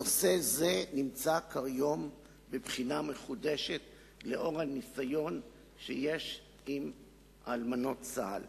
נושא זה נמצא כיום בבחינה מחודשת לנוכח הניסיון עם אלמנות צה"ל.